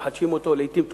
שמחדשים אותו לעתים תכופות,